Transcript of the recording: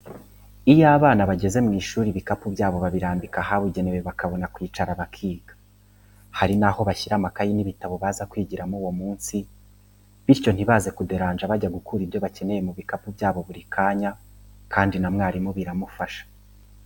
Iyo abana bageze mu ishuri ibikapu byabo babirambika ahabugenewe bakabona kwicara bakiga, hari n'aho bashyira amakayi n'ibitabo baza kwigiramo uwo munsi bityo ntibaze kuderanja bajya gukura ibyo bakeneye mu bikapu byabo buri kanya kandi na mwarimu biramufasha.